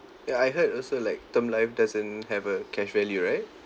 ya I heard also like term life doesn't have a cash value right